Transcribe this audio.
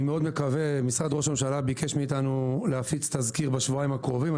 משרד ראש הממשלה ביקש מאיתנו להפיץ תזכיר בשבועיים הקרובים,